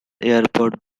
airport